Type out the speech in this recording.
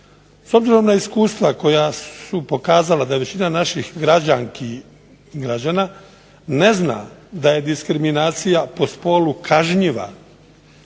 S obzirom na iskustva koja su pokazala da je većina naših građanki i građana ne zna da je diskriminacija po spolu kažnjiva